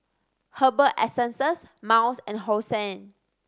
Herbal Essences Miles and Hosen